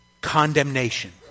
condemnation